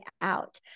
out